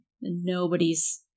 nobody's